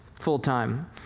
full-time